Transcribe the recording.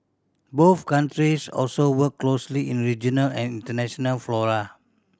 both countries also work closely in regional and international fora